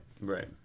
Right